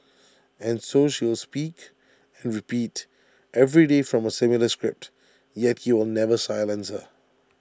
and so she will speak and repeat every day from A similar script yet he will never silence her